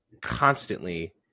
constantly